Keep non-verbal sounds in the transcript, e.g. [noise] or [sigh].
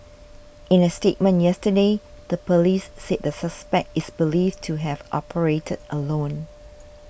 [noise] in a statement yesterday the police said the suspect is believed to have operated alone